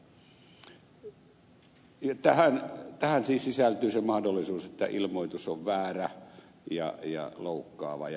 tähän siis sisältyy se mahdollisuus että ilmoitus on väärä ja loukkaava jnp